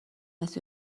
است